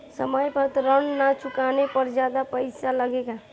समय पर ऋण ना चुकाने पर ज्यादा पईसा लगेला?